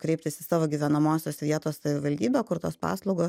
kreiptis į savo gyvenamosios vietos savivaldybę kur tos paslaugos